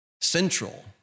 Central